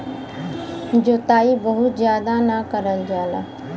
जोताई बहुत जादा ना करल जाला